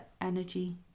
energy